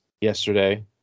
yesterday